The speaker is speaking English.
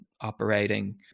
operating